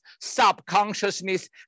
subconsciousness